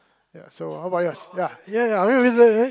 ya so how about yours ya ya ya I mean I mean